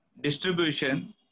distribution